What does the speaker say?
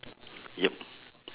yup